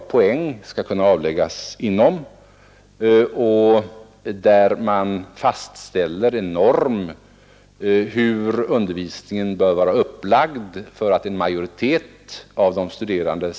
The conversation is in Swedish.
Måttet utformas så att det är tillämpbart på en majoritet av de studerande.